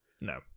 No